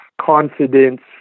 confidence